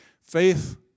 Faith